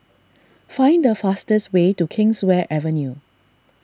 find the fastest way to Kingswear Avenue